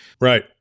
right